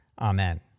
Amen